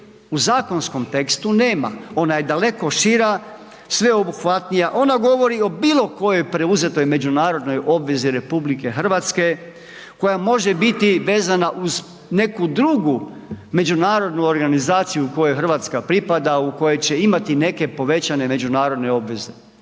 u zakonskom tekstu nema. Ona je daleko šira, sveobuhvatnija, ona govori o bilo kojoj preuzetoj međunarodnoj obvezi RH koja može biti vezana uz neku drugu međunarodnu organizaciju kojoj Hrvatska pripada u kojoj će imati neke povećane međunarodne obveze.